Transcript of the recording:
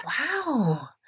Wow